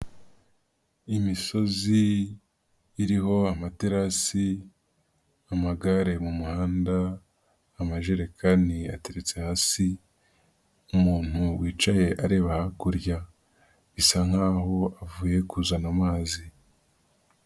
Imisozi iriho amaterasi, amagare mu muhanda, amajerekani ateretse hasi, umuntu wicaye areba hakurya bisa nk'aho avuye kuzana amazi.